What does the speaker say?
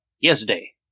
yesterday